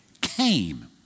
came